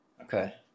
Okay